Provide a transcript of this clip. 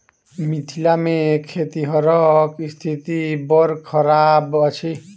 मिथिला मे खेतिहरक स्थिति बड़ खराब अछि